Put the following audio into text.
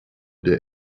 der